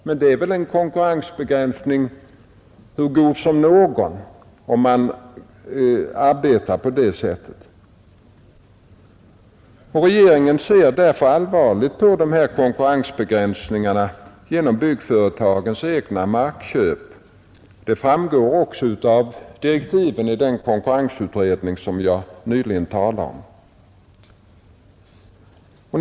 Men det är väl en konkurrensbegränsning så god som någon, om man arbetar på det sättet. Regeringen ser därför allvarligt på dessa konkurrensbegränsningar genom byggföretagens egna markköp. Detta framgår också av direktiven till den konkurrensutredning som jag nyligen har talat om.